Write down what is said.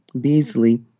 Beasley